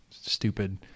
stupid